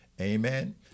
Amen